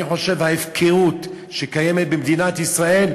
אני חושב שההפקרות שקיימת במדינת ישראל,